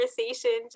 conversation